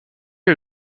est